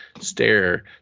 stare